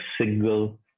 single